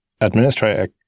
administrator